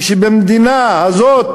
כשבמדינה הזאת,